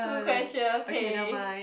good question okay